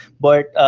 but